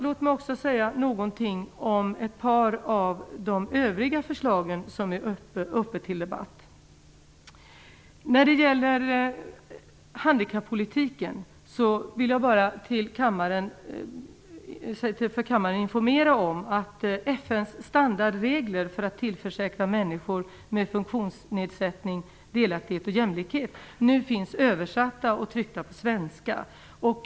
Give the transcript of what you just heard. Låt mig också säga någonting om ett par av de övriga förslag som är uppe till debatt. När det gäller handikappolitiken vill jag bara informera kammaren om att FN:s standardregler för att tillförsäkra människor med funktionsnedsättning delaktighet och jämlikhet nu finns översatta och tryckta på svenska.